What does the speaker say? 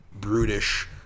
brutish